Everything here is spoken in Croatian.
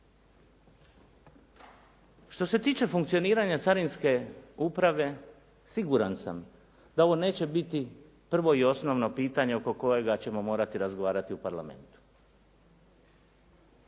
Što se tiče funkcioniranja Carinske uprave, siguran sam da ovo neće biti prvo i osnovno pitanje oko kojega ćemo morati razgovarati i u Parlamentu.